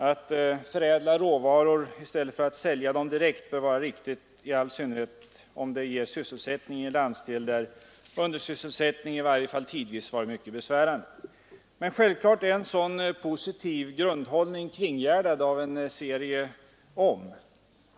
Att förädla råvaror i stället för att sälja dem direkt bör vara riktigt, i all synnerhet om det ger sysselsättning i en landsdel där undersysselsättningen, i varje fall tidvis, varit mycket besvärande. Men självfallet är en sådan positiv grundinställning kringgärdad av en serie ”om”.